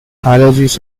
allergies